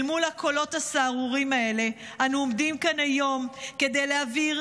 אל מול הקולות הסהרוריים האלה אנו עומדים כאן היום כדי להבהיר